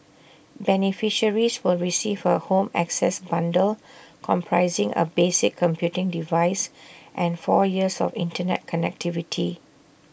beneficiaries will receive A home access bundle comprising A basic computing device and four years of Internet connectivity